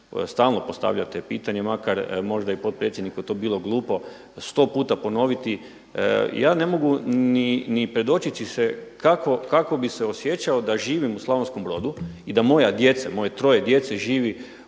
stalno postavljate pitanje makar možda i potpredsjedniku to bilo glupo. Sto puta ponoviti. Ja ne mogu ni predočiti si kako bi se osjećao da živim u Slavonskom Brodu i da moja djeca, moje troje djece živi u neposrednoj